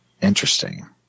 Interesting